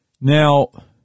Now